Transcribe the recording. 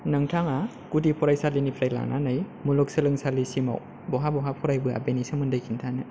नोंथाङा गुदि फरायसालिनिफ्राय लानानै मुलुग सोलोंसालिसिमाव बहा बहा फरायबोया बेनि सोमोन्दै खिनथानो